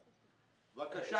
בבקשה.